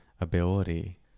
ability